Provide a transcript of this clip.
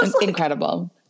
Incredible